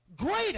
greater